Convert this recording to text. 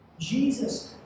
Jesus